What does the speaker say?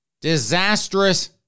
disastrous